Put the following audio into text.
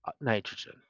nitrogen